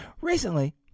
Recently